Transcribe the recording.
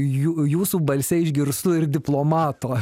jų jūsų balse išgirstu ir diplomato